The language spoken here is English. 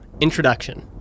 Introduction